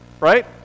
Right